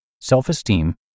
self-esteem